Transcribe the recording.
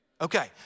Okay